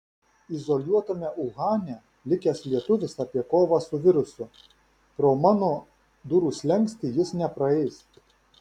izoliuotame uhane likęs lietuvis apie kovą su virusu pro mano durų slenkstį jis nepraeis